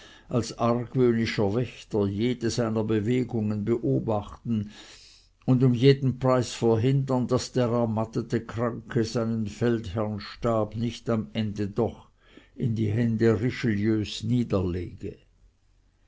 als argwöhnischer wächter jede seiner bewegungen beobachten und um jeden preis verhindern daß der ermattete kranke seinen feldherrnstab nicht am ende doch in die hände richelieus niederlege